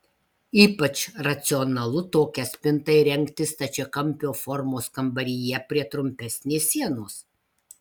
ypač racionalu tokią spintą įrengti stačiakampio formos kambaryje prie trumpesnės sienos